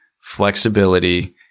flexibility